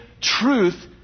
truth